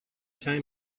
time